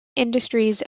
industries